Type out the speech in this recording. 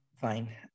fine